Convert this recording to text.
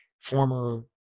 former